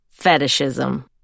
fetishism